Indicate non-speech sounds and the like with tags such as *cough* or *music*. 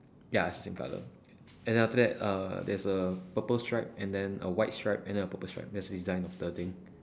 ya same color *noise* and then after that uh there's a purple stripe and then a white stripe and then a purple stripe that's the design of the thing